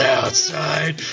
outside